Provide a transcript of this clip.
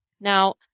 Now